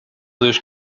this